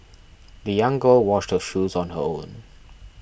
the young girl washed shoes on her own